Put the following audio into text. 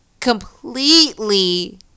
Completely